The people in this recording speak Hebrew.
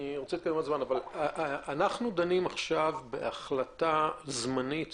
דנים עכשיו בהחלטה זמנית.